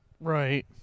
Right